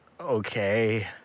okay